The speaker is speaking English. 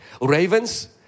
Ravens